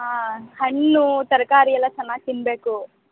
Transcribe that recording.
ಆಂ ಹಣ್ಣು ತರಕಾರಿ ಎಲ್ಲ ಚೆನ್ನಾಗಿ ತಿನ್ನಬೇಕು